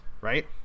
right